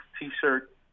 t-shirt